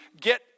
get